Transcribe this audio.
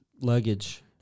luggage